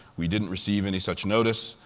we didn't receive any such notice,